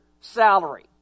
salary